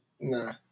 Nah